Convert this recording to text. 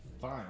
fine